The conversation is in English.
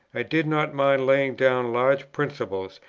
did not mind laying down large principles,